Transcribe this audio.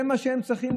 זה מה שהם צריכים?